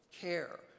Care